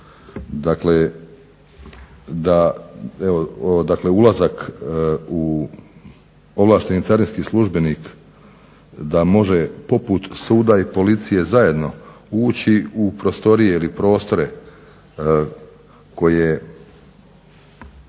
dakle ulazak u, ovlašteni carinski službenik da može poput suda i policije zajedno ući u prostorije ili prostore koje